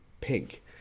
pink